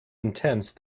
intense